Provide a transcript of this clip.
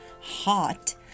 hot